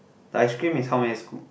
the ice cream is how many scoop